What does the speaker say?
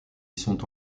sont